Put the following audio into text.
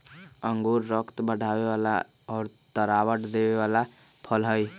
अंगूर रक्त बढ़ावे वाला और तरावट देवे वाला फल हई